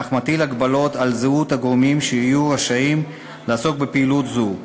אך מטיל הגבלות על זהות הגורמים שיהיו רשאים לעסוק בפעילות זו.